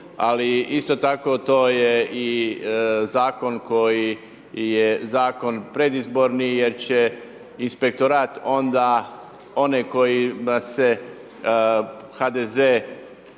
ali isto tako, to je i zakon koji je zakon predizborni, jer će inspektorat onda one kojima se HDZ